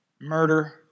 Murder